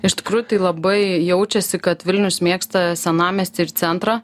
iš tikrųjų tai labai jaučiasi kad vilnius mėgsta senamiestį ir centrą